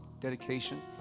dedication